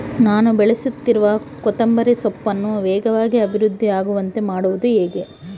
ನಾನು ಬೆಳೆಸುತ್ತಿರುವ ಕೊತ್ತಂಬರಿ ಸೊಪ್ಪನ್ನು ವೇಗವಾಗಿ ಅಭಿವೃದ್ಧಿ ಆಗುವಂತೆ ಮಾಡುವುದು ಹೇಗೆ?